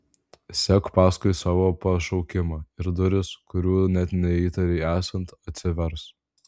sek paskui savo pašaukimą ir durys kurių net neįtarei esant atsivers